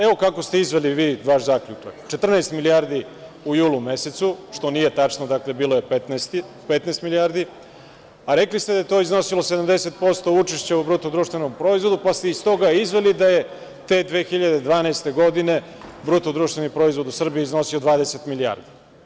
Evo kako ste izveli vaš zaključak: 14 milijardi u julu mesecu, što nije tačno, bilo je 15 milijardi, a rekli ste da je to iznosilo 70% učešća u BDP, pa ste iz toga izveli da je te 2012. godine BDP u Srbiji iznosio 20 milijardi.